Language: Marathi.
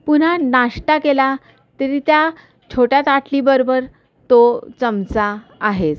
पुन्हा नाश्ता केला तरी त्या छोट्या ताटलीबरोबर तो चमचा आहेच